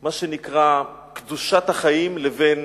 מה שנקרא קדושת החיים לבין